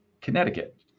Connecticut